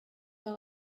for